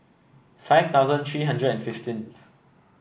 five thousand three hundred and fifteenth